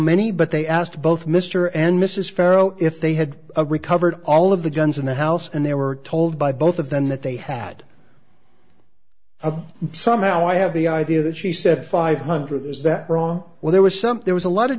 many but they asked both mr and mrs farrow if they had recovered all of the guns in the house and they were told by both of them that they had somehow i have the idea that she said five hundred is that wrong well there was some there was a lot of